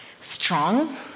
strong